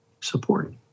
support